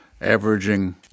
averaging